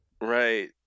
Right